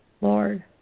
Lord